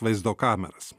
vaizdo kameras